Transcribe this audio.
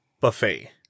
buffet